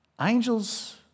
Angels